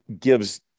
gives